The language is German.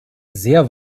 sehr